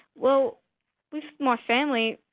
well with my family,